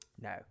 No